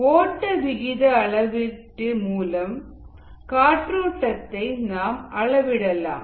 ஓட்ட விகித அளவீட்டு மூலமாக காற்றோட்டத்தை நாம் அளவிடலாம்